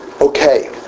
okay